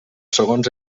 segons